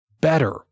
better